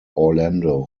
orlando